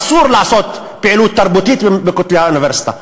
אסור לעשות פעילות תרבותית בין כותלי האוניברסיטה,